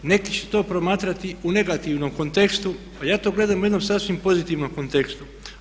Neki će to promatrati u negativnom kontekstu a ja to gledam u jednom sasvim pozitivnom kontekstu.